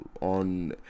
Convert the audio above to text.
on